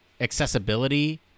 accessibility